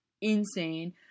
insane